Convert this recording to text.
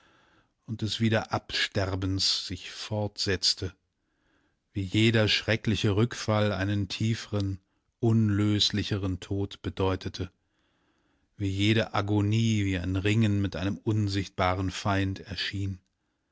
und des wiederabsterbens sich fortsetzte wie jeder schreckliche rückfall einen tiefren unlöslicheren tod bedeutete wie jede agonie wie ein ringen mit einem unsichtbaren feind erschien